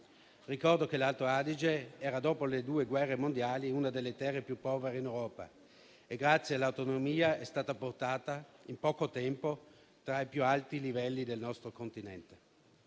Ricordo che l'Alto Adige, dopo le due guerre mondiali, era una delle terre più povere in Europa e grazie all'autonomia è stata portata in poco tempo ai più alti livelli del nostro Continente.